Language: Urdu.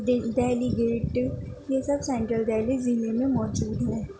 دہ دہلی گیٹ یہ سب سینٹرل دہلی ضلعے میں موجود ہیں